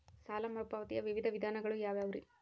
ಸಾಲ ಮರುಪಾವತಿಯ ವಿವಿಧ ವಿಧಾನಗಳು ಯಾವ್ಯಾವುರಿ?